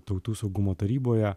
tautų saugumo taryboje